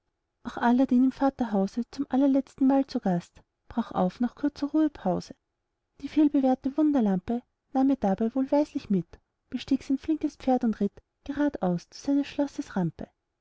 auch aladdin im vaterhause zum allerletztenmal zu gast brach auf nach kurzer ruhepause die vielbewährte wunderlampe nahm er dabei wohlweislich mit bestieg sein flinkes pferd und ritt gradaus zu seines schlosses rampe